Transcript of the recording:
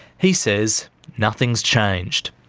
he says nothing's changed.